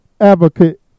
advocate